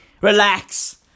Relax